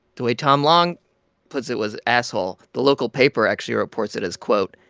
the way tom long puts it was asshole. the local paper actually reports it as, quote,